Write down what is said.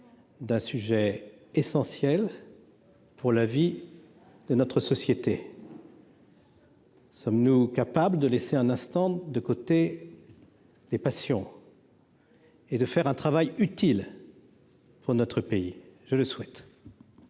d'un sujet essentiel pour la vie de notre société. Sommes-nous capables de laisser un instant de côté les patients. Et de faire un travail utile pour notre pays, je le souhaite,